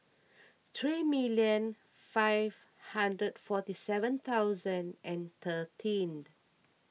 three million five hundred forty seven thousand and thirteen